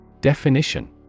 Definition